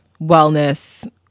wellness